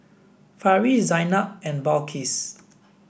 Farish Zaynab and Balqis